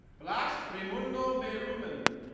blas raymundo beyrumen.